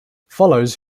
follows